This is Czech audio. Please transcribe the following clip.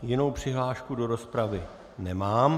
Jinou přihlášku do rozpravy nemám.